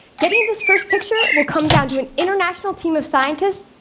getting this first picture will come down to an international team of scientists,